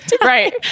Right